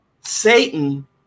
Satan